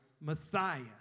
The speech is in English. Matthias